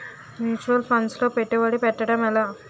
Mutual funds లో పెట్టుబడి పెట్టడం ఎలా?